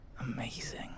Amazing